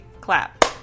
clap